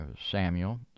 Samuel